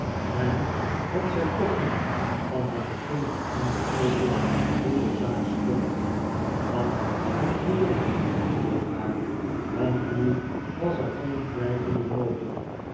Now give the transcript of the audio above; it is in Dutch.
en had zij toch niet van het begin af aan begrepen hoe de zaak stond wat een triomf voor haar want nu was er geen twijfel meer mogelijk